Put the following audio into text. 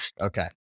Okay